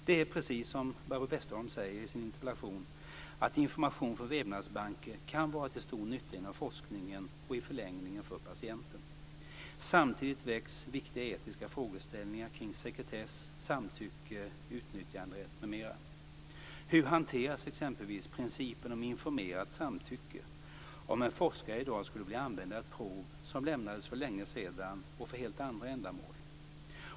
Det är precis så, som Barbro Westerholm säger i sin interpellation, att information från vävnadsbanker kan vara till stor nytta inom forskningen och i förlängningen för patienten. Samtidigt väcks viktiga etiska frågeställningar kring sekretess, samtycke, utnyttjanderätt m.m. Hur hanteras exempelvis principen om informerat samtycke om en forskare i dag skulle vilja använda ett prov som lämnades för länge sedan och för helt andra ändamål?